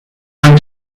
mind